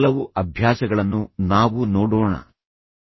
ಈಗ ಅತ್ಯಂತ ಯಶಸ್ವಿ ವ್ಯಕ್ತಿಗಳ ಕೆಲವು ಅಭ್ಯಾಸಗಳನ್ನು ನಾವು ನೋಡೋಣ ನಿಮ್ಮಲ್ಲಿರುವ ಅಭ್ಯಾಸಗಳು